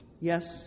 Yes